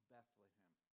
Bethlehem